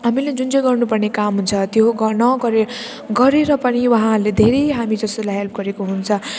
हामीले जुन चाहिँ गर्नुपर्ने काम हुन्छ त्यो गर नगरे गरेर पनि उहाँहरूले धेरै हामी जस्तोलाई हेल्प गरेको हुन्छ